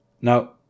Now